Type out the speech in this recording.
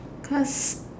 cuz